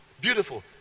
Beautiful